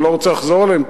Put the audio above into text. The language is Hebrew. אני לא רוצה לחזור עליהם,